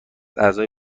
اعضای